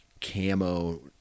camo